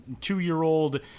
two-year-old